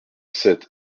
sept